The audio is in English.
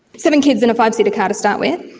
seven kids in a five-seater car to start with,